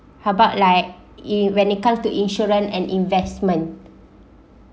how about like you when it comes to insurance and investment